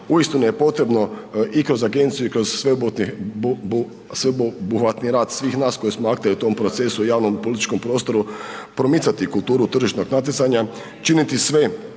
uistinu je potrebno i kroz agenciju i kroz sveobuhvatni rad svih nas koji smo akteri u tom procesu, javnom i političkom prostoru, promicati kulturu tržišnog natjecanja, činiti sve